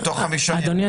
אדוני,